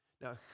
Now